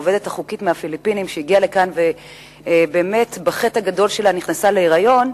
עובדת חוקית מהפיליפינים שהגיעה לכאן והחטא הגדול שלה שנכנסה להיריון,